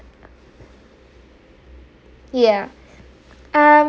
yeah um